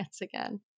again